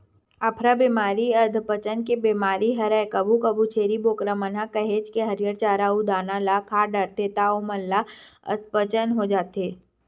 अफारा बेमारी अधपचन के बेमारी हरय कभू कभू छेरी बोकरा मन ह काहेच के हरियर चारा अउ दाना ल खा डरथे त ओमन ल अधपचन हो जाथे